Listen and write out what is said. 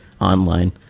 online